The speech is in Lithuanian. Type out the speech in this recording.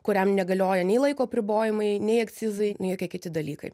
kuriam negalioja nei laiko apribojimai nei akcizai nei jokie kiti dalykai